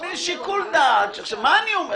ויש להם את האפשרות לעשות כן, מה טוב.